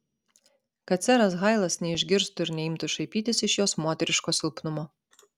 kad seras hailas neišgirstų ir neimtų šaipytis iš jos moteriško silpnumo